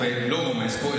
לא רומז פה,